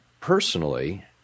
Personally